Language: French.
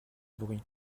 bruit